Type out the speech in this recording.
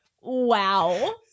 Wow